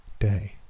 day